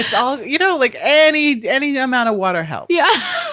ah so you know like any, any yeah amount of water helps yeah.